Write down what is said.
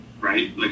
right